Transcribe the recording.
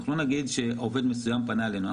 אנחנו לא נגיד שעובד מסוים פנה אלינו,